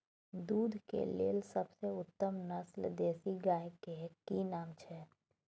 दूध के लेल सबसे उत्तम नस्ल देसी गाय के की नाम छै?